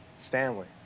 Stanley